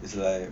it's like